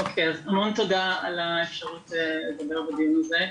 תודה על האפשרות לדבר בדיון הזה.